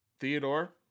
Theodore